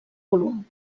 volum